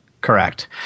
Correct